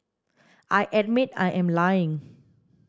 I admit I am lying